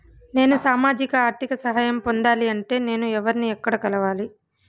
నేను సామాజిక ఆర్థిక సహాయం పొందాలి అంటే నేను ఎవర్ని ఎక్కడ కలవాలి?